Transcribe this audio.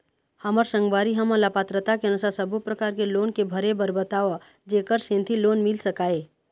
हमर संगवारी हमन ला पात्रता के अनुसार सब्बो प्रकार के लोन के भरे बर बताव जेकर सेंथी लोन मिल सकाए?